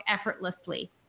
effortlessly